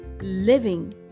living